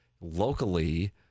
locally